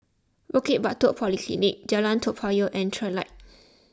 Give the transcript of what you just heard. Bukit Batok Polyclinic Jalan Toa Payoh and Trilight